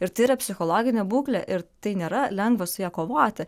ir tai yra psichologinė būklė ir tai nėra lengva su ja kovoti